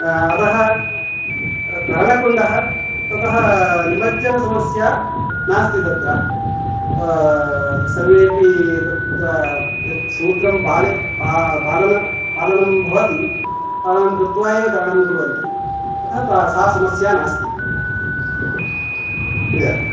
अतः तरणकुण्डः ततः निमज्जनसमस्या नास्ति तत्र सर्वेपि तत्र यत् सूत्रं पाल पालन पालनं भवति पालनं कृत्वा एव तरणं कुर्वन्ति अतः सा समस्या नास्ति